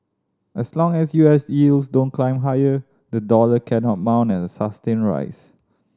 as long as U S yields don't climb higher the dollar cannot mount a sustained rise